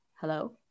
Hello